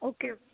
okay